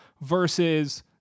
versus